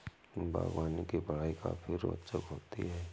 बागवानी की पढ़ाई काफी रोचक होती है